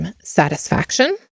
satisfaction